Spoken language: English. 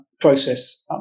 process